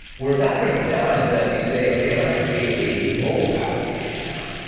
where that breaks down is that you say, okay, i'm going to create a mobile application now.